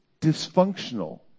dysfunctional